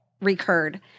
recurred